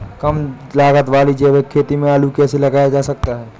कम लागत वाली जैविक खेती में आलू कैसे लगाया जा सकता है?